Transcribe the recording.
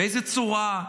באיזו צורה.